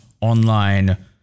online